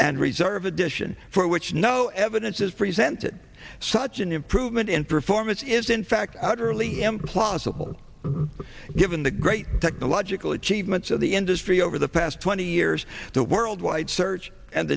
and reserve edition for which no evidence is presented such an improvement in performance is in fact utterly implausible given the great technological achievements of the industry over the past twenty years the world wide search and